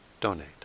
donate